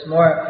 More